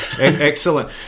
excellent